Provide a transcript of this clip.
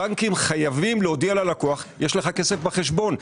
הבנקים חייבים להודיע ללקוח יש לך כסף בחשבון.